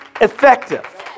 effective